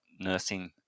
nursing